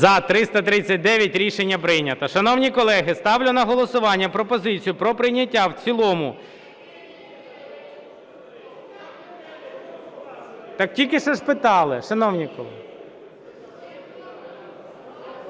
За-339 Рішення прийнято. Шановні колеги, ставлю на голосування пропозицію про прийняття в цілому... Так тільки що ж питали, шановні колеги...